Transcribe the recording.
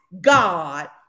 God